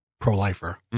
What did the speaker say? pro-lifer